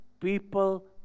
people